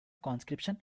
conscription